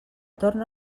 torna